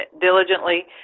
diligently